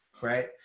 Right